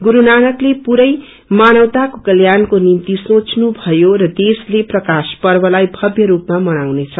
गुरू नानकले पुरै मानवताको कल्याणको निम्ति सौँच्नु भयो र देशले प्रकाश पर्वलाई भवय रूपमा मनाउनेछ